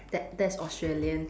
that that is Australian